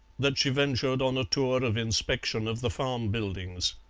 that she ventured on a tour of inspection of the farm buildings.